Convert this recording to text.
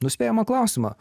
nuspėjamą klausimą